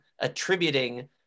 attributing